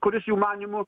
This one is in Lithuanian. kuris jų manymu